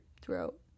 throughout